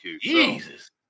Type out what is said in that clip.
Jesus